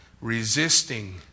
resisting